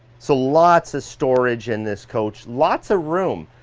so lots of storage in this coach, lots of room.